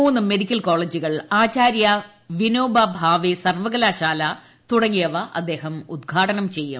മൂന്ന് മെഡിക്കൽ കോളേജുകൾ ആചാര്യ വിനോബ ഭാവെ സർവകലാശാല തുടങ്ങിയവ അദ്ദേഹം ഉദ്ഘാടനം ചെയ്യും